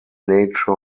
nature